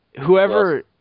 whoever